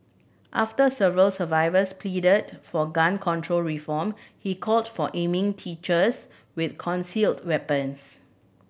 after several survivors pleaded for gun control reform he called for aiming teachers with concealed weapons